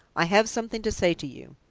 i have something to say to you.